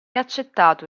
accettato